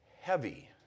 heavy